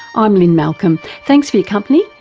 i'm lynne malcolm, thanks for your company,